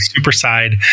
Superside